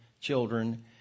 children